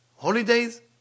Holidays